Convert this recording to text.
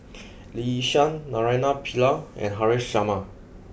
Lee Yi Shyan Naraina Pillai and Haresh Sharma